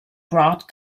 brought